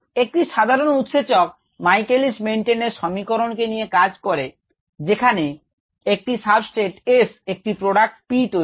একটি সাধারণ উৎসেচক Michaelis Menten এর সমীকরণ কে নিয়ে কাজ করে যেখানে একটি সাবস্ট্রেট S একটি প্রোডাক্ট P তৈরি করে